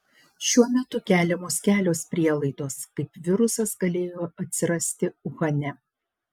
šiuo metu keliamos kelios prielaidos kaip virusas galėjo atsirasti uhane